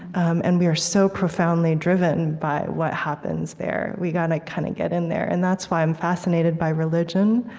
um and we are so profoundly driven by what happens there, we gotta kind of get in there. and that's why i'm fascinated by religion